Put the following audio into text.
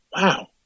wow